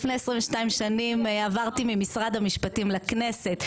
לפני 22 שנים עברתי ממשרד המשפטים לכנסת.